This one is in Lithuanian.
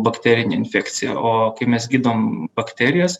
bakterine infekcija o kai mes gydom bakterijas